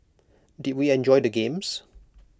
did we enjoy the games